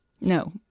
No